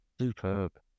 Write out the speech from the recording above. superb